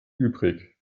übrig